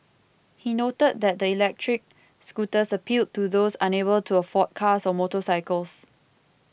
he noted that the electric scooters appealed to those unable to afford cars or motorcycles